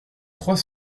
trois